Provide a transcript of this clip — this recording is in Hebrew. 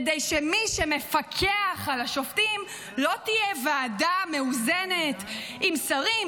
כדי שמי שמפקח על השופטים לא תהיה ועדה מאוזנת עם שרים,